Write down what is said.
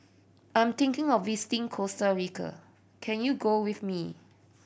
I'm thinking of visiting Costa Rica can you go with me